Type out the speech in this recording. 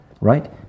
right